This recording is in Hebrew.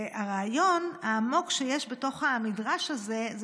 הרעיון העמוק שיש בתוך המדרש הזה זה